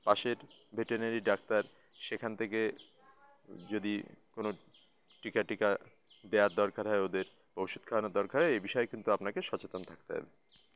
পাশের veterinary doctor সেখান থেকে যদি কোনও টিকা ফিকা দেওয়ার দরকার হয় ওদের ওষুধ খাওয়ানোর দরকার হয় এই বিষয়ে কিন্তু আপনাকে সচেতন থাকতে হবে